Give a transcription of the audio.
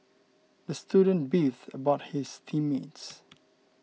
the student beefed about his team mates